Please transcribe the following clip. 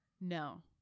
No